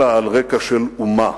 אלא על רקע של אומה.